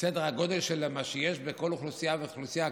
סדר הגודל של מה שיש בכל אוכלוסייה ואוכלוסייה?